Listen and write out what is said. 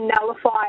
nullify